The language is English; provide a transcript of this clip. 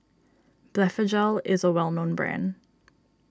Blephagel is a well known brand